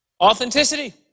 authenticity